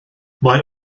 mae